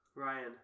Ryan